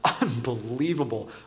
unbelievable